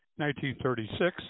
1936